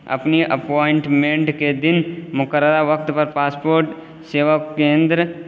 اپنی اپائنٹمنٹ کے دن مقررہ وقت پر پاسپوٹ سیوا کیندر